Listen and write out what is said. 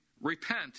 Repent